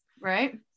Right